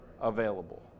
available